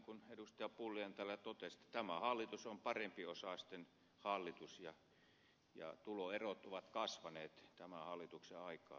pulliainen täällä jo totesi että tämä hallitus on parempiosaisten hallitus ja tuloerot ovat kasvaneet tämän hallituksen aikaan